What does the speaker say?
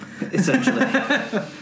Essentially